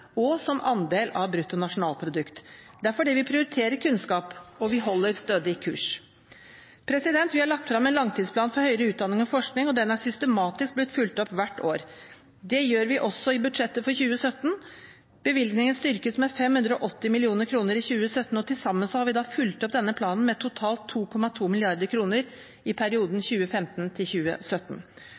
og som andel av BNP. Det er fordi vi prioriterer kunnskap, og vi holder stødig kurs. Vi har lagt frem en langtidsplan for høyere utdanning og forskning, og den er systematisk blitt fulgt opp hvert år. Det gjør vi også i budsjettet for 2017. Bevilgningene styrkes med 580 mill. kr i 2017, og til sammen har vi fulgt opp planen med totalt 2,2 mrd. kr i perioden